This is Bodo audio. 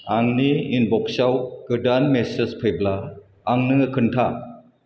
आंनि इनब'क्साव गोदान मेसे फैब्ला आंनो खोन्था